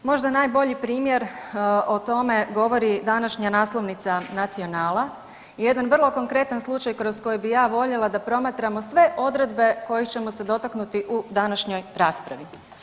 Možda najbolji primjer o tome govori današnja naslovnica Nacionala i jedan vrlo konkretan slučaj kroz koji bi ja voljela da promatramo sve odredbe kojih ćemo se dotaknuti u današnjoj raspravi.